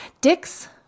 dicks